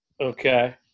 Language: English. Okay